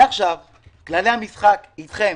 מעכשיו כללי המשחק אתכם